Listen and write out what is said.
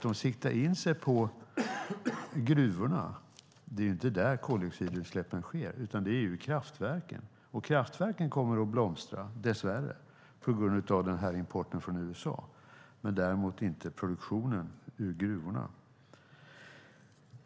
De siktar in sig på gruvorna, men det är inte där koldioxidutsläppen sker utan i kraftverken. Kraftverken kommer dess värre att blomstra på grund av importen från USA, dock inte produktionen i gruvorna.